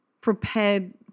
prepared